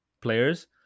players